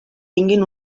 tinguin